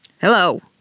Hello